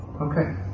Okay